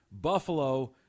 Buffalo